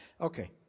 okay